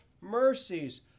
mercies